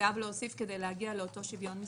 חייב להוסיף עוד שרים כדי להגיע לאותו שוויון מספרי.